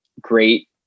great